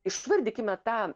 išvardykime tą